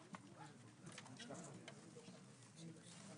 ננעלה בשעה